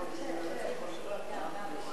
סעיפים